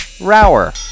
Rower